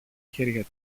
χέρια